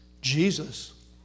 Jesus